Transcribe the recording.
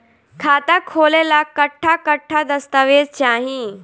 खाता खोले ला कट्ठा कट्ठा दस्तावेज चाहीं?